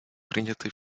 принятой